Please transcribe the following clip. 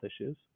issues